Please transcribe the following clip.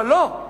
אבל לא,